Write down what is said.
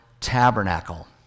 tabernacle